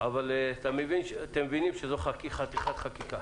אבל אתם מבינים שזאת חתיכת חקיקה